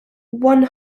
one